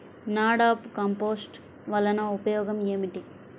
NADEP compost వలన ఉపయోగం ఏమిటి?